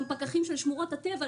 גם פקחים של שמורת הטבע,